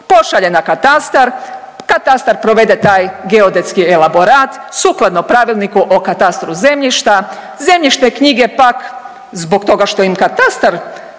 pošalje na Katastar, Katastar provede taj geodetski elaborat sukladno Pravilniku o katastru zemljišta, Zemljišne knjige pak zbog toga što im Katastar